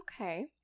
okay